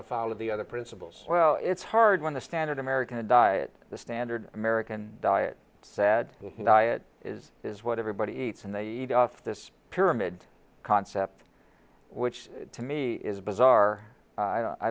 to follow the other principles well it's hard when the standard american diet the standard american diet sad is is what everybody eats and they eat off this pyramid concept which to me is bizarre i don't